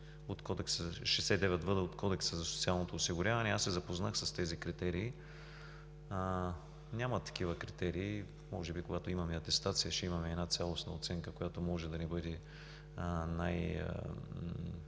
от Кодекса за социално осигуряване. Запознах се с тези критерии. Няма такива критерии. Може би, когато имаме атестация, ще имаме и една цялостна оценка, която може да не бъде